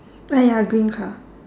ah ya green car